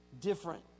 different